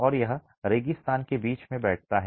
और यह रेगिस्तान के बीच में बैठता है